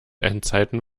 endzeiten